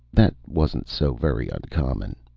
that wasn't so very uncommon.